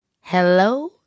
Hello